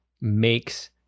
makes